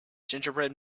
gingerbread